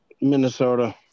Minnesota